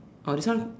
oh this one